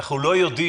אנחנו לא יודעים,